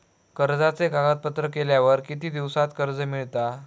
कर्जाचे कागदपत्र केल्यावर किती दिवसात कर्ज मिळता?